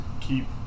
keep